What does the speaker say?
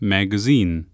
Magazine